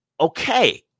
okay